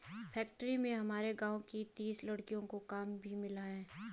factory में हमारे गांव के तीस लड़कों को काम भी मिला है